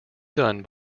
done